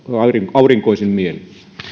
aurinkoisin mielin